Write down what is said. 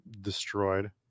destroyed